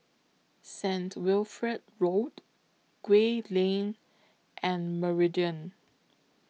Saint Wilfred Road Gray Lane and Meridian